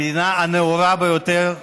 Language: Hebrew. המדינה הנאורה ביותר בעולם,